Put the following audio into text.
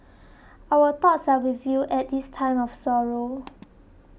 our thoughts are with you at this time of sorrow